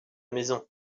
maison